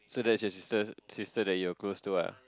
so that's your sister sister that you're close to ah